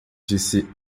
disse